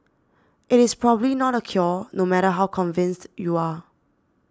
it is probably not the cure no matter how convinced you are